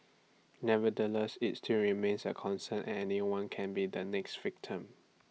nevertheless IT still remains A concern and anyone can be the next victim